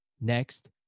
next